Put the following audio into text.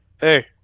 Hey